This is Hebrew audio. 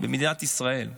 במדינת ישראל.